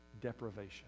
deprivation